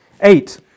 Eight